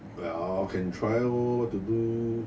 well can try lor what to do